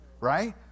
right